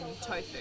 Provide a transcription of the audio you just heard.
tofu